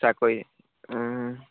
চাকৰি